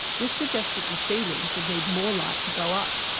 this suggested that the seedlings would need more light to grow up.